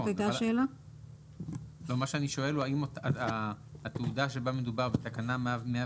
אני שואל האם התעודה שבה מדובר בתקנה 101